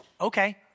Okay